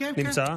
נמצא.